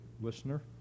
listener